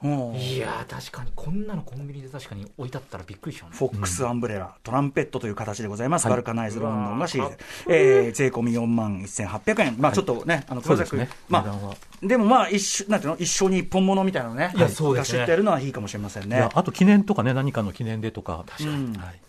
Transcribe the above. おー。いやー、確かに、こんなのコンビニで確かに置いてあったらびっくりしちゃうね。フォックスアンブレラ、うん。トランペットという形でございます。うん。バルカナイズ・ロンドンがシリーズ。うわー、かっこいい。えー、税込み41,800円。まあ、ちょっとね、はい。あの、熊崎そうですね。君、まあ、値段は。でもまあ、一緒、なんていうの、一緒に一本物みたいなのね、いや、そうですね。が知ってるのはいいかもしれませんね。いや、あと記念とかね、何かの記念でとか。うん。確かに。はい。